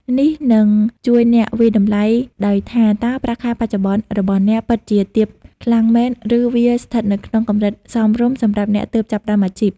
នេះនឹងជួយអ្នកវាយតម្លៃដោយថាតើប្រាក់ខែបច្ចុប្បន្នរបស់អ្នកពិតជាទាបខ្លាំងមែន ឬវាស្ថិតនៅក្នុងកម្រិតសមរម្យសម្រាប់អ្នកទើបចាប់ផ្ដើមអាជីព។